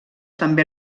també